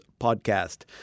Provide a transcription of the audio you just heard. podcast